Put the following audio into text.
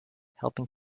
helping